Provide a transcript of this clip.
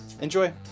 enjoy